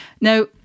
Now